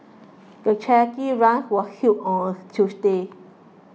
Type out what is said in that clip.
the charity run was held on a Tuesday